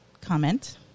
comment